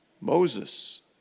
Moses